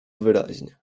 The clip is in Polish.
wyraźnie